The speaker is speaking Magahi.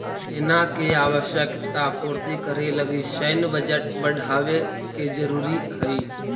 सेना के आवश्यकता पूर्ति करे लगी सैन्य बजट बढ़ावे के जरूरी हई